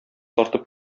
тартып